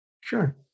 Sure